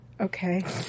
Okay